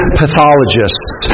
pathologists